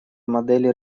модели